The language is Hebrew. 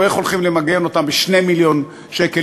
או איך שהולכים למגן אותן ב-2 מיליון שקל.